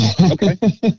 Okay